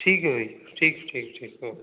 ठीक है भई ठीक ठीक ठीक ओके